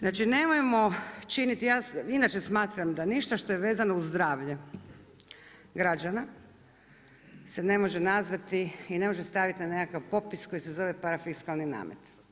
Znači nemojmo, ja inače smatram, da ništa što je vezano uz zdravlje građana se ne može nazvati i ne može staviti na nekakav popis koji se zove parafiskalni namet.